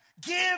give